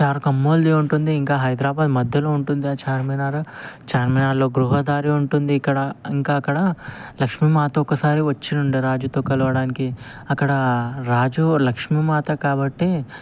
చార్ కొమ్ములుది ఉంటుంది ఇంకా హైదరాబాదు మధ్యలో ఉంటుంది ఆ చార్మినార్ చార్మినార్లో గృహదారి ఉంటుంది ఇక్కడ ఇంకా అక్కడ లక్ష్మీదేవి ఒకసారి వచ్చి ఉండే రాజుతో కలవడానికి అక్కడ రాజు లక్ష్మీమాత కాబట్టి